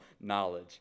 knowledge